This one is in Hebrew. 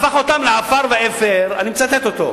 הפך אותם לעפר ואפר, אני מצטט אותו,